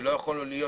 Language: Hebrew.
ולא יכולנו להיות,